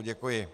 Děkuji.